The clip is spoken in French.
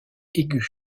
aiguë